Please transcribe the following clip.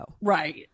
Right